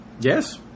Yes